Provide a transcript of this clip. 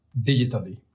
digitally